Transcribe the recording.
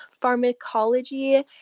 pharmacology